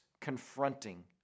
confronting